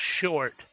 short